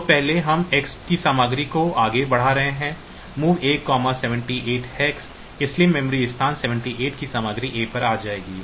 तो पहले हम X की सामग्री को आगे बढ़ा रहे हैं MOV A 78 hex इसलिए memory स्थान 78 की सामग्री A पर आ जाएगी